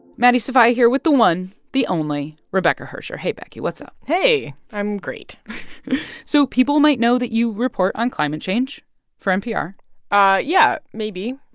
maddie sofia here with the one, the only, rebecca hersher. hey, becky. what's up? hey. i'm great so people might know that you report on climate change for npr ah yeah, maybe.